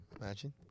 Imagine